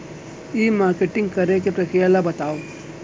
ई marketing करे के प्रक्रिया ला बतावव?